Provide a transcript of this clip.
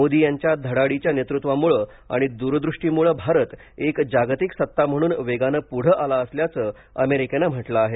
मोदी यांच्या धडाडीच्या नेतृत्वामुळं आणि दूरदृष्टीमूळं भारत एक जागतिक सत्ता म्हणून वेगानं पुढं आला असल्याचं अमेरिकेनं म्हटलं आहे